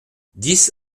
dix